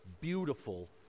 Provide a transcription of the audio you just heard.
beautiful